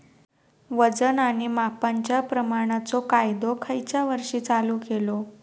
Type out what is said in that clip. वजन आणि मापांच्या प्रमाणाचो कायदो खयच्या वर्षी चालू केलो?